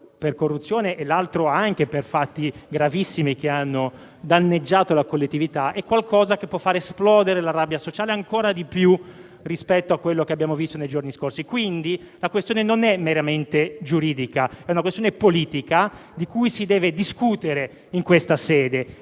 per corruzione e l'altro anche per fatti gravissimi che hanno danneggiato la collettività) è qualcosa che può far esplodere la rabbia sociale, ancora di più rispetto a quello che abbiamo visto nei giorni scorsi. Pertanto, la questione non è meramente giuridica, ma è politica e se ne deve discutere in questa sede.